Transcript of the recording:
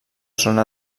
zona